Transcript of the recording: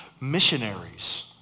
missionaries